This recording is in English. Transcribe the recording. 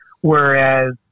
whereas